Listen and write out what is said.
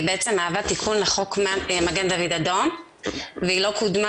היא בעצם מהווה תיקון לחוק מגן דוד אדום והיא לא קודמה,